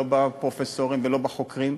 לא בפרופסורים ולא בחוקרים,